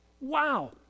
Wow